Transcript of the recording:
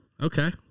Okay